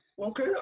Okay